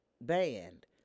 band